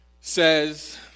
says